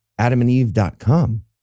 adamandeve.com